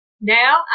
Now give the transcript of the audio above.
Now